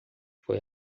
foi